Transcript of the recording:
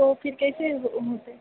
तो फिर कैसे हो होतै